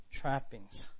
trappings